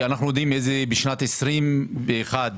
בשנת 21',